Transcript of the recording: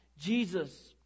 Jesus